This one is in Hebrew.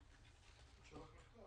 שבו נטל